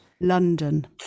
London